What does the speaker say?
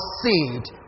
seed